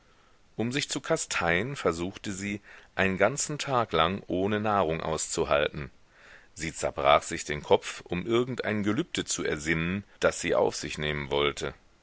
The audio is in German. um sich zu kasteien versuchte sie einen ganzen tag lang ohne nahrung auszuhalten sie zerbrach sich den kopf um irgendein gelübde zu ersinnen das sie auf sich nehmen wollte